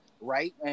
right